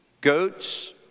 goats